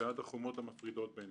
מבעד החומות המפרידות בינינו?